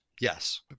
Yes